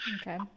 Okay